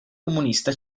comunista